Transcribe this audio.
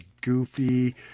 goofy